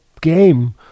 game